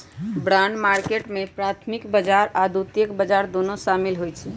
bond market में प्राथमिक बजार आऽ द्वितीयक बजार दुन्नो सामिल होइ छइ